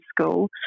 school